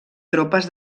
tropes